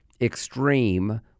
extreme